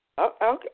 Okay